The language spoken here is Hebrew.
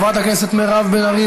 חברת הכנסת מירב בן ארי,